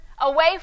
away